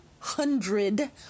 hundred